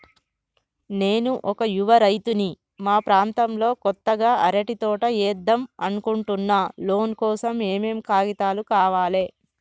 నేను ఒక యువ రైతుని మా ప్రాంతంలో కొత్తగా అరటి తోట ఏద్దం అనుకుంటున్నా లోన్ కోసం ఏం ఏం కాగితాలు కావాలే?